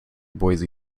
boise